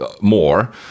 More